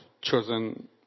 chosen